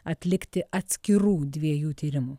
atlikti atskirų dviejų tyrimų